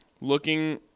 Looking